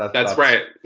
that's right.